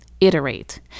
Iterate